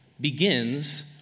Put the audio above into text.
begins